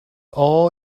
all